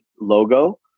logo